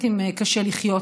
הלואו-טק.